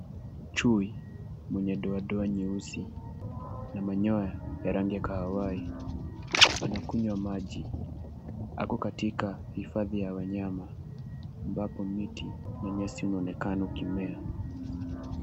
Chui mwenye doadoa nyeusi na manyoya ya rangi ya kahawia anakunywa maji. Ako katika hifadhi ya wanyama ambapo miti na nyasi unaonekana ukimea.